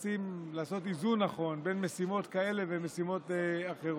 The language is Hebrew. לוחמים ולעשות איזון נכון בין משימות כאלה ומשימות אחרות.